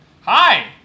Hi